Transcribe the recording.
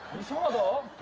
his mother